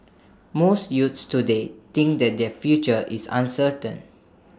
most youths today think that their future is uncertain